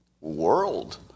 world